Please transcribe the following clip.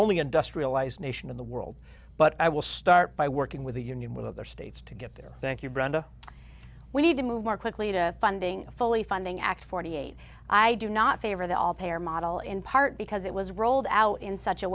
only industrialized nation in the world but i will start by working with the union with other states to get their thank you brenda we need to move more quickly to funding fully funding ak forty eight i do not favor the all payer model in part because it was rolled out in such a